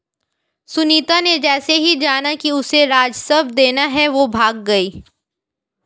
सुनीता ने जैसे ही जाना कि उसे राजस्व देना है वो भाग गई